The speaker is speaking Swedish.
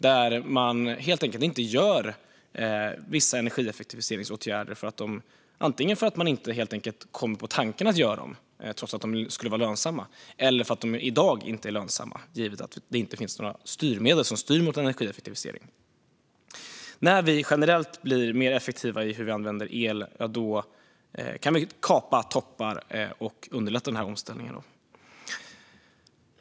Där vidtar man helt enkelt inte vissa energieffektiviseringsåtgärder. Det beror antingen på att man inte kommer på tanken, trots att de skulle vara lönsamma, eller på att de inte är lönsamma i dag givet att det inte finns några styrmedel som styr mot energieffektivisering. När vi blir mer effektiva med hur vi använder el kan vi kapa toppar och underlätta omställningen.